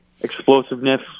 explosiveness